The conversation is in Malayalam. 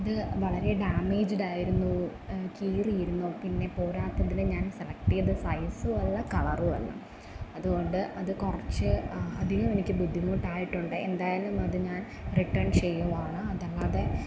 അതു വളരെ ഡാമേജ്ഡായിരുന്നു കീറിയിരുന്നു പിന്നെ പോരാത്തതിനു ഞാൻ സെലക്ട് ചെയ്ത സൈസുമല്ല കളറുമല്ല അതു കൊണ്ട് അത് കുറച്ച് അധികം എനിക്ക് ബുദ്ധിമുട്ടായിട്ടുണ്ട് എന്തായാലും അത് ഞാൻ റിട്ടേൺ ചെയ്യുകയാണ് അതല്ലാതെ